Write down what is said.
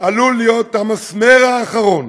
עלול להיות המסמר האחרון